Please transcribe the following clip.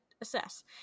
assess